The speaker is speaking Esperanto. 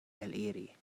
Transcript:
eliri